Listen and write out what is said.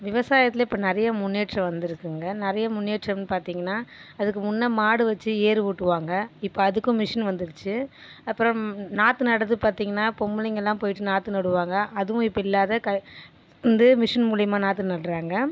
விவசாயத்திலே இப்போ நிறைய முன்னேற்றோம் வந்துருக்குங்க நிறைய முன்னேற்றம்னு பார்த்தீங்கனா அதுக்கு முன்ன மாடு வெச்சு ஏறு ஓட்டுவாங்க இப்போ அதுக்கும் மிஷின் வந்துருச்சு அப்புறம் நாற்று நடுகிறது பார்த்தீங்கனா பொம்பளைங்களா போயிட்டு நாற்று நடுவாங்க அதுவும் இப்போ இல்லாத க வந்து மிஷின் மூலிமா நாற்று நடுகிறாங்க